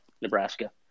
Nebraska